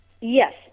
Yes